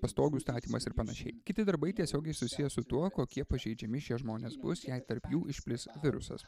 pastogių statymas ir panašiai kiti darbai tiesiogiai susiję su tuo kokie pažeidžiami šie žmonės bus jei tarp jų išplis virusas